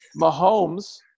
Mahomes